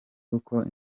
uko